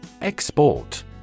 Export